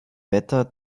wetter